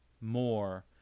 more